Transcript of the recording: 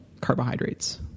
carbohydrates